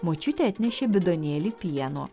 močiutė atnešė bidonėlį pieno